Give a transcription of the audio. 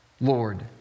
Lord